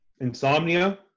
insomnia